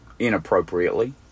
Inappropriately